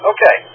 Okay